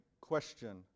question